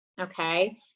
Okay